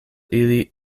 ili